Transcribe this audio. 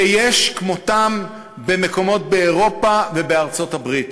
שיש כמותם במקומות באירופה ובארצות-הברית.